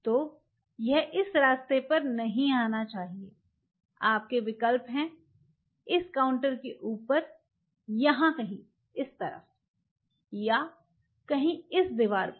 तो यह इस रास्ते पर नहीं आना चाहिए आपके विकल्प हैं इस काउंटर के ऊपर यहां कहीं इस तरफ या कहीं इस दीवार पर